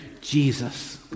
Jesus